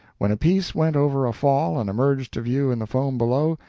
when a piece went over a fall and emerged to view in the foam below,